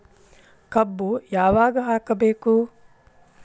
ಕಬ್ಬು ಯಾವಾಗ ಹಾಕಬೇಕು?